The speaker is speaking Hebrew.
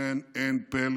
אין פלא